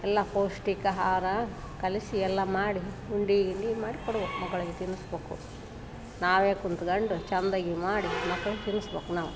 ಎಲ್ಲ ಪೌಷ್ಟಿಕ ಆಹಾರ ಕಲಸಿ ಎಲ್ಲ ಮಾಡಿ ಉಂಡೆ ಗಿಂಡೆ ಮಾಡಿ ಕೊಡ್ಬೇಕು ಮಕ್ಕಳಿಗೆ ತಿನ್ನಿಸ್ಬೇಕು ನಾವೇ ಕೂತ್ಕೋಂಡ್ ಚಂದಾಗಿ ಮಾಡಿ ಮಕ್ಕಳಿಗೆ ತಿನ್ನಿಸ್ಬೇಕ್ ನಾವು